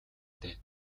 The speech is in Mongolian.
дээ